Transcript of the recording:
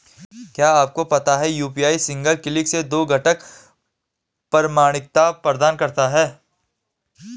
क्या आपको पता है यू.पी.आई सिंगल क्लिक से दो घटक प्रमाणिकता प्रदान करता है?